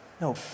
No